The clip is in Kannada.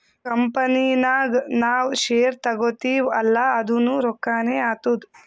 ಕಂಪನಿ ನಾಗ್ ನಾವ್ ಶೇರ್ ತಗೋತಿವ್ ಅಲ್ಲಾ ಅದುನೂ ರೊಕ್ಕಾನೆ ಆತ್ತುದ್